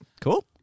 Cool